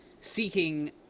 seeking